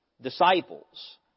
disciples